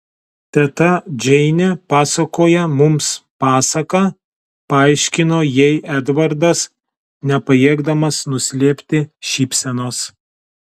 teta džeinė pasakoja mums pasaką paaiškino jai edvardas nepajėgdamas nuslėpti šypsenos